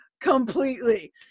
completely